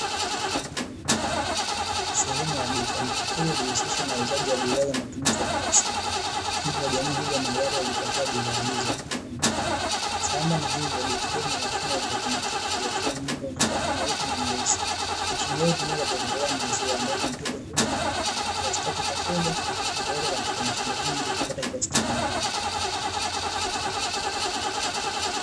Sehemu ya duka, duka hilo hujihusisha na uuzaji wa bidhaa za matumizi ya kila siku, hivo jamii huja mahali hapa kujipatia bidhaa hizo katika duka hili .Sambamba na hivo duka hili lina mashine ya kiotomatiki iliyochorwa ng'ombe wenye mabaka meupe na meusi .Mashine hii hutumika katika kutolea maziwa ambapo mteja huja na kiasi chake cha fedha nakuweka katika mashine hii ili kupata kiasi cha maziwa.